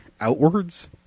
outwards